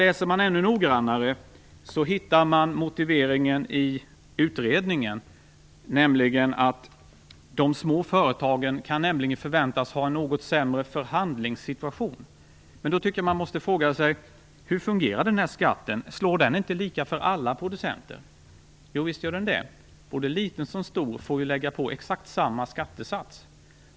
Läser man ännu noggrannare hittar man i utredningen motiveringen att de små företagen kan förväntas ha en något sämre förhandlingssituation. Då måste man fråga sig: Hur fungerar den här skatten? Slår den inte lika för alla producenter? Jo, visst gör den det, både liten som stor får lägga på exakt samma skattesats.